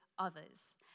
others